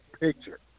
picture